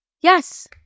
Yes